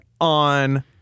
on